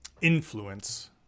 influence